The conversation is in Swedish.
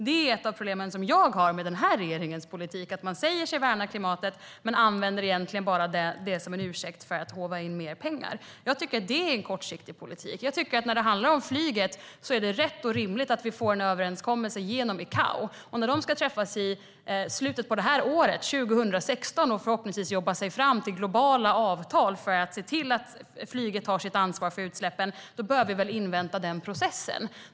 Det är ett av de problem jag har med den här regeringens politik. Man säger sig värna klimatet men använder egentligen bara det som en ursäkt för att håva in mer pengar. Jag tycker att det är en kortsiktig politik. När det handlar om flyget tycker jag att det är rätt och rimligt att vi får en överenskommelse genom ICAO. De ska träffas i slutet av det här året, 2016, och förhoppningsvis jobba sig fram till globala avtal för att se till att flyget tar sitt ansvar för utsläppen. Vi bör invänta den processen.